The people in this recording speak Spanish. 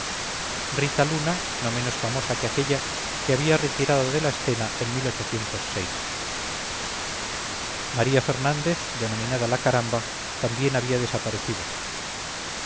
rita luna no menos famosa que aquélla se había retirado de la escena en maría fernández denominada la caramba también había desaparecido